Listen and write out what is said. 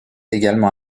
également